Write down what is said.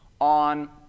on